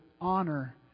honor